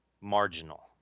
marginal